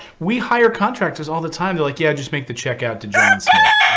we hire contractors all the time. they're like, yeah, just make the check out to john smith.